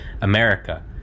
America